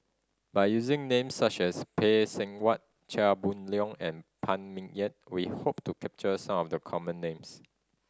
by using names such as Phay Seng Whatt Chia Boon Leong and Phan Ming Yen we hope to capture some of the common names